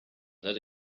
that